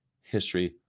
history